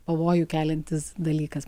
pavojų keliantis dalykas